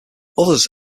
others